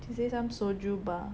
she say some soju bar